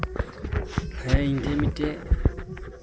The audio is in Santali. ᱦᱮᱸ ᱤᱧ ᱴᱷᱮᱜ ᱢᱤᱫᱴᱮᱡ